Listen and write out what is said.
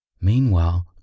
Meanwhile